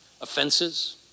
offenses